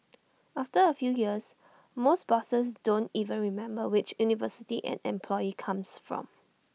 after A few years most bosses don't even remember which university an employee comes from